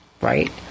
Right